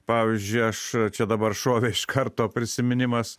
pavyzdžiui aš čia dabar šovė iš karto prisiminimas